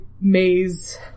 maze